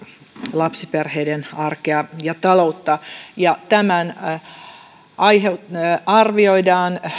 lapsiperheiden arkea ja taloutta tämän arvioidaan